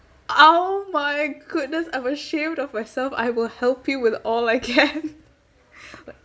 oh my goodness I'm ashamed of myself I will help you with all I can